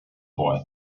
boy